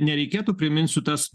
nereikėtų primintisiu tas